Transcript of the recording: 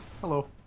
Hello